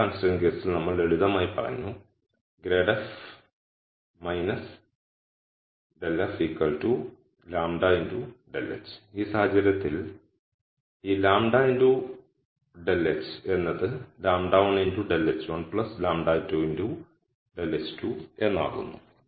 ഒരു കൺസ്ട്രൈന്റ് കേസിൽ നമ്മൾ ലളിതമായി പറഞ്ഞു grad f ∇f λ ∇h ഈ സാഹചര്യത്തിൽ ഈ λ∇h എന്നത് λ1∇h1 λ2∇h2 എന്നാകുന്നു